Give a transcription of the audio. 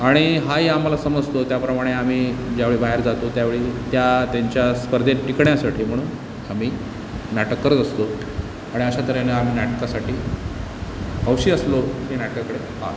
आणि हाही आम्हाला समजतो त्याप्रमाणे आम्ही ज्यावेळी बाहेर जातो त्यावेळी त्या त्यांच्या स्पर्धेत टिकण्यासाठी म्हणून आम्ही नाटक करत असतो आणि अशातऱ्हेने आम्ही नाटकासाठी हौशी असलो तरी नाटकाकडे पहातो